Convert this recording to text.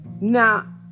now